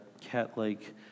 cat-like